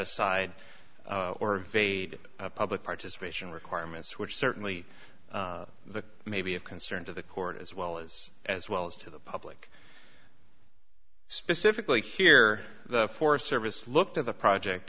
aside or vade public participation requirements which certainly the may be of concern to the court as well as as well as to the public specifically here the forest service looked at the project